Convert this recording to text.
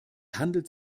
handelt